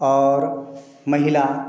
और महिला